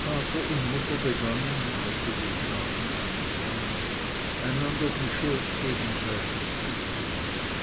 vater und mutter begannen als sie den schaden einsahen einander die schuld gegenseitig zuzumessen